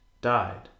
died